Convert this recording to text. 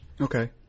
Okay